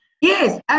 Yes